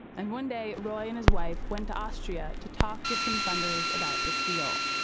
and one day roy and his wife went to austria to talk with some funders about this deal